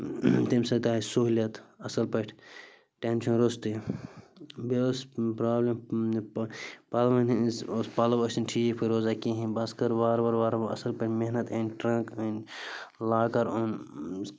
تَمۍ سۭتۍ آے سہوٗلیَت اَصٕل پٲٹھۍ ٹٮ۪نشَن روٚستٕے بیٚیہِ ٲس پرٛابلِم پَلوَن ہٕنٛز ٲسۍ پَلو ٲسۍ نہٕ ٹھیٖک پٲٹھۍ روزان کِہیٖنۍ بَس کٔر وار وار وار وارٕ اصٕل پٲٹھۍ محنت أنۍ ٹرنٛک أنۍ لاکَر اوٚن